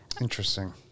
interesting